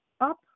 up